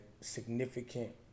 significant